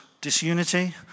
disunity